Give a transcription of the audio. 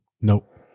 Nope